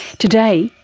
today,